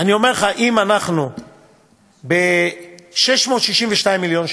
אני אומר לך, אם אנחנו ב-662 מיליון שקל,